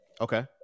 Okay